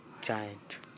giant